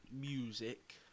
music